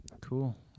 cool